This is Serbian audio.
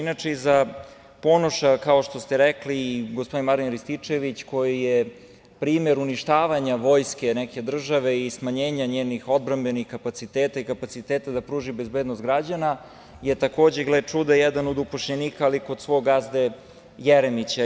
Inače, i za Ponoša, kao što ste rekli, i gospodin Marijan Rističević koji je primer uništavanja vojske neke države i smanjenja njenih odbrambenih kapaciteta i kapaciteta da pružimo bezbednost građana, je takođe, gle čuda, jedan od zaposlenih, ali kod svog gazde Jeremića.